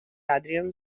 adrian